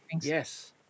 Yes